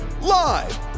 Live